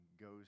goes